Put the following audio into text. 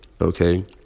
Okay